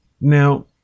Now